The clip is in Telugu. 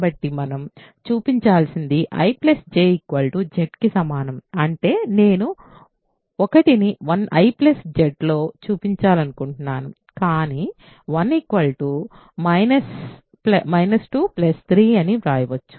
కాబట్టి మనం చూపించాల్సినది I J Zకి సమానం అంటే నేను 1ని I Zలో చూపించాలనుకుంటున్నాను కానీ 1 3 అని వ్రాయవచ్చు